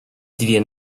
две